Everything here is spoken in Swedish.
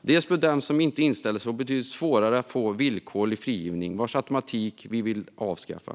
Dels bör den som inte inställer sig få betydligt svårare att få villkorlig frigivning, vars automatik vi vill avskaffa.